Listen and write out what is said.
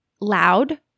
loud